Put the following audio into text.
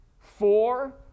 four